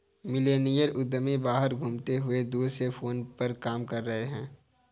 millennial उद्यमी बाहर घूमते हुए दूर से फोन पर काम कर रहे हैं